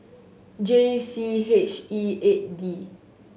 J C H E eight D